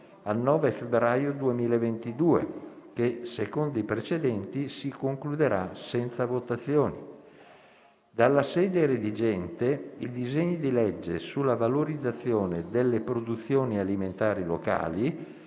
al 9 febbraio 2022 che, secondo i precedenti, si concluderà senza votazioni; dalla sede redigente, i disegni di legge sulla valorizzazione delle produzioni alimentari locali